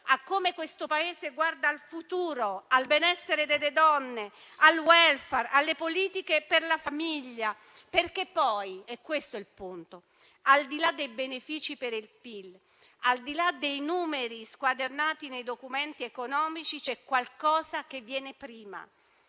modo in cui il Paese guarda al futuro, al benessere delle donne, al *welfare* e alle politiche per la famiglia, perché poi - ed è questo il punto - al di là dei benefici per il PIL e al di là dei numeri squadernati nei documenti economici, c'è qualcosa che viene prima.